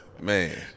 Man